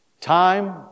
Time